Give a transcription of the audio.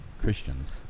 Christians